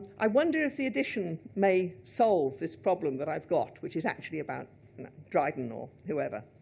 i wonder if the edition may solve this problem that i've got, which is actually about dryden, or whoever.